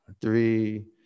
three